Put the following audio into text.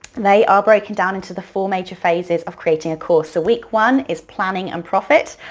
they are broken down into the four major phases of creating a course, so week one is planning and profit,